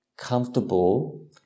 comfortable